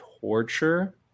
torture